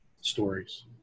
stories